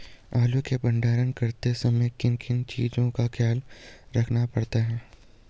आलू के भंडारण करते समय किन किन चीज़ों का ख्याल रखना पड़ता है?